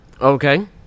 Okay